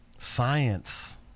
Science